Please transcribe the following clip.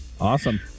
Awesome